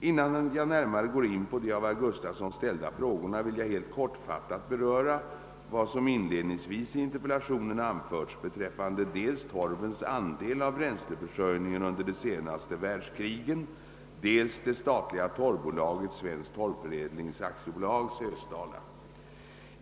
Innan jag närmare går in på de av herr Gustavsson ställda frågorna vill jag helt kortfattat beröra vad som inledningsvis i interpellationen anförts beträffande dels torvens andel av bränsleförsörjningen under de senaste världskrigen, dels det statliga torvbolaget, Svensk Torvförädling AB, Sösdala.